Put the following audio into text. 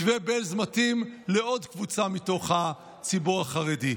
מתווה בעלז מתאים לעוד קבוצה מתוך הציבור החרדי,